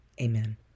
amen